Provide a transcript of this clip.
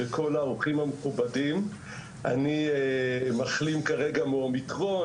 17 בינואר 2022. לפני שאנחנו ניגש לט"ו בשבט והמשמעות שלו,